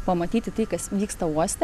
pamatyti tai kas vyksta uoste